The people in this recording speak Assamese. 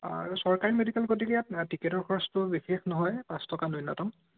আৰু চৰকাৰী মেডিকেল গতিকে ইয়াত টিকটৰ খৰচটো বিশেষ নহয় পাঁচ টকা ন্যূনতম